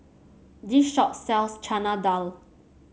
this shop sells Chana Dal